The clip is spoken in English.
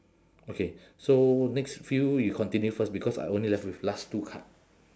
okay so next few you continue first because I only left with last two card